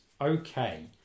Okay